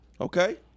okay